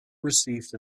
received